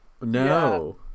No